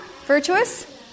Virtuous